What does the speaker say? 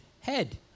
head